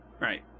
Right